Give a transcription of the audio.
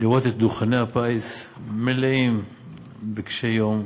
דוכני הפיס מלאים בקשי-יום,